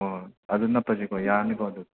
ꯍꯣꯏ ꯍꯣꯏ ꯑꯗꯨ ꯅꯞꯄꯁꯦꯀꯣ ꯌꯥꯔꯅꯤꯀꯣ